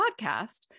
podcast